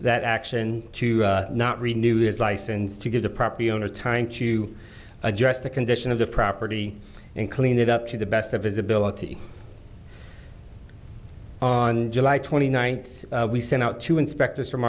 that action to not renew his license to give the property owner time to address the condition of the property and clean it up to the best of his ability on july twenty ninth we sent out two inspectors from